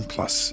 Plus